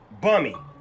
Bummy